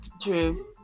True